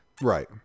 Right